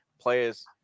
Players